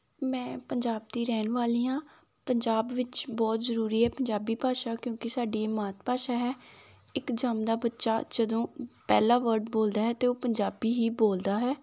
ਮੈਂ ਪੰਜਾਬ ਦੀ ਰਹਿਣ ਵਾਲੀ ਹਾਂ ਪੰਜਾਬ ਵਿੱਚ ਬਹੁਤ ਜ਼ਰੂਰੀ ਹੈ ਪੰਜਾਬੀ ਭਾਸ਼ਾ ਕਿਉਂਕਿ ਸਾਡੀ ਮਾਤ ਭਾਸ਼ਾ ਹੈ ਇੱਕ ਜੰਮਦਾ ਬੱਚਾ ਜਦੋਂ ਪਹਿਲਾ ਵਰਡ ਬੋਲਦਾ ਹੈ ਅਤੇ ਉਹ ਪੰਜਾਬੀ ਹੀ ਬੋਲਦਾ ਹੈ